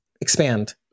Expand